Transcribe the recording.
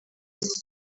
z’iki